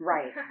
Right